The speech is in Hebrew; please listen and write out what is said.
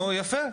נו, יפה.